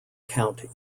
county